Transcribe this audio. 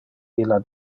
illa